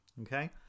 Okay